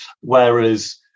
Whereas